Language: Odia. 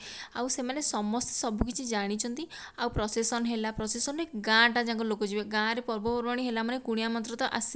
ଆଉ ସେମାନେ ସମସ୍ତେ ସବୁକିଛି ଜାଣିଛନ୍ତି ଆଉ ପ୍ରସେସନ୍ ହେଲା ପ୍ରସେସନ୍ ରେ ଗାଁ ଟା ଯାକ ଲୋକ ଯିବେ ଗାଁରେ ପର୍ବ ପର୍ବାଣୀ ହେଲା ମାନେ କୁଣିଆ ମୈତ୍ର ତ ଆସିବେ